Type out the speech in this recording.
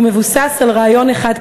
והוא מבוסס על רעיון אחד קטן,